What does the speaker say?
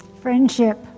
Friendship